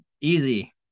Easy